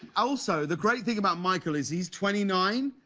also, the great thing about michael is he's twenty nine,